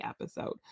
episode